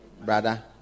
brother